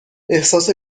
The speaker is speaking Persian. احساس